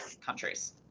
countries